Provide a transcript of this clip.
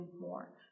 more